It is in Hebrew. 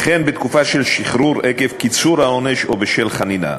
וכן בתקופה של שחרור עקב קיצור העונש או בשל חנינה,